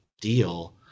deal